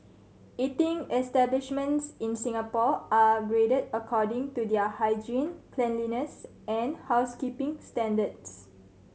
eating establishments in Singapore are graded according to their hygiene cleanliness and housekeeping standards